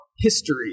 history